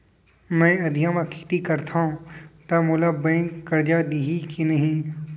मैं अधिया म खेती करथंव त मोला बैंक करजा दिही के नही?